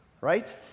right